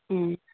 ꯎꯝ